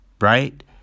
Right